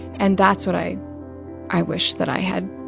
and that's what i i wish that i had